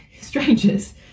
strangers